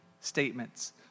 statements